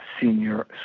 Senior